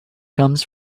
comes